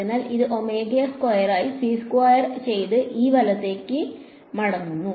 അതിനാൽ ഇത് ഒമേഗ സ്ക്വയറായി സി സ്ക്വയർ ചെയ്ത് E വലത്തേക്ക് മടങ്ങും